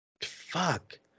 Fuck